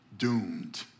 Doomed